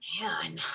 Man